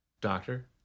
Doctor